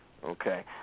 Okay